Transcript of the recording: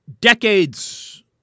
decades